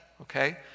okay